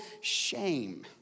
shame